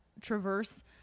traverse